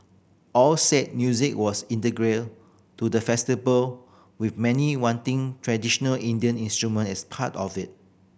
all said music was integral to the festival with many wanting traditional Indian instrument as part of it